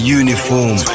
uniform